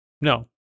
No